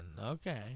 okay